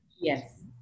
Yes